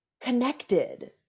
connected